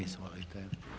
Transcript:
Izvolite.